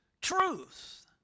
truth